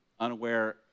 unaware